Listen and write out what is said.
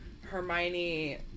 Hermione